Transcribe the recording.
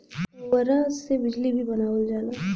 पुवरा से बिजली भी बनावल जाला